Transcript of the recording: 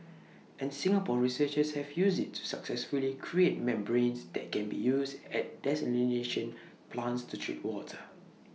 and Singapore researchers have used IT to successfully create membranes that can be used at desalination plants to treat water